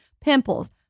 pimples